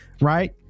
right